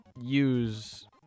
use